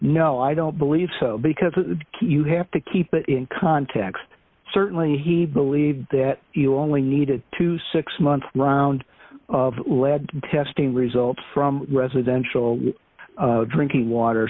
no i don't believe so because a you have to keep it in context certainly he believed that you only needed twenty six month round of lead testing results from residential drinking water